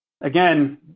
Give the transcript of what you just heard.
again